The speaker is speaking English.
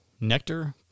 nectar